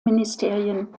ministerien